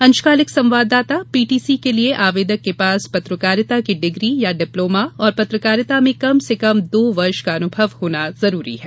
अंशकालिक संवाददाता पीटीसी के लिए आवेदक के पास पत्रकारिता की डिग्री या डिप्लोमा और पत्रकारिता में कम से कम दो वर्ष का अनुभव होना चाहिए